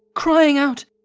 crying out,